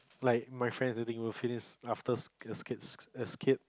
like my friends were getting after kids as kids